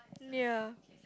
ya